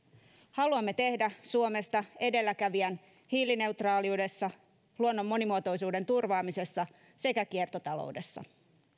haluamme tehdä suomesta edelläkävijän hiilineutraaliudessa luonnon monimuotoisuuden turvaamisessa sekä kiertotaloudessa